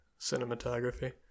cinematography